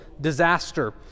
disaster